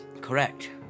Correct